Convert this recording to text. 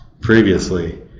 previously